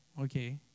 okay